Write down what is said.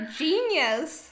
genius